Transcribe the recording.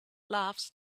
laughs